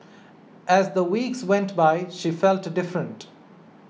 as the weeks went by she felt different